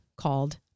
called